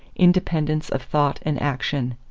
independence of thought and action.